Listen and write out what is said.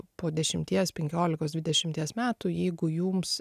po dešimties penkiolikos dvidešimties metų jeigu jums